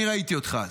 אני ראיתי אותך אז.